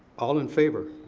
all in favor?